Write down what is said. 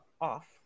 off